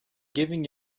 giving